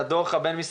שלום לכולם ובוקר טוב,